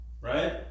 right